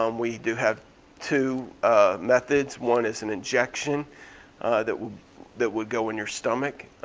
um we do have two methods, one is an injection that would that would go in your stomach,